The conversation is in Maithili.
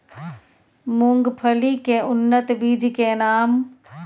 मूंगफली के उन्नत बीज के नाम?